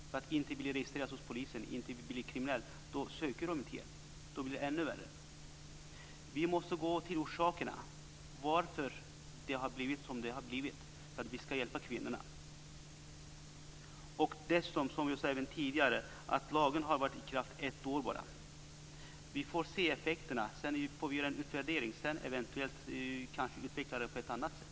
De vill inte bli registrerade hos polisen, vill inte bli kriminella. Därför söker de inte hjälp och då blir det ännu värre. Vi måste gå till orsakerna till att det har blivit som det har blivit om vi ska hjälpa kvinnorna. Som jag tidigare sagt har lagen varit i kraft i bara ett år. Först får vi se effekterna. Sedan får vi göra en utvärdering och eventuellt utveckla det hela på ett annat sätt.